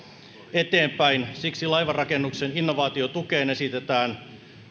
eteenpäin siksi laivanrakennuksen innovaatiotukeen esitetään